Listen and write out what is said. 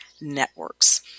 networks